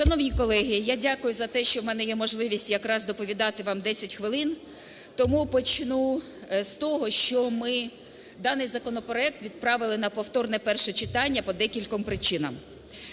Шановні колеги! Я дякую за те, що в мене є можливість якраз доповідати вам 10 хвилин. Тому почну з того, що ми даний законопроект відправили на повторне перше читання по декільком причинам.